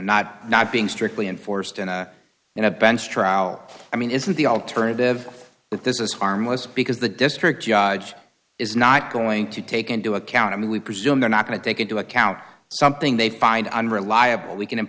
not not being strictly enforced and in a bench trial i mean is the alternative but this is harmless because the district judge is not going to take into account i mean we presume they're not going to take into account something they find unreliable we can